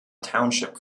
township